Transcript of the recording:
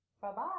Bye-bye